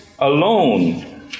Alone